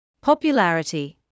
Popularity